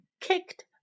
kicked